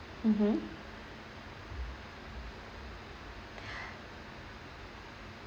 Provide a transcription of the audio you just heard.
mmhmm